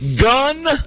Gun